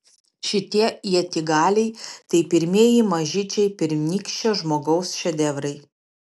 šitie ietigaliai tai pirmieji mažyčiai pirmykščio žmogaus šedevrai